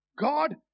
God